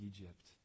Egypt